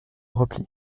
repli